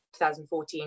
2014